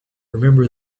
remember